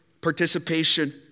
participation